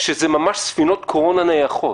שזה ממש ספינות קורונה נייחות.